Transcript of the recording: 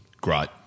great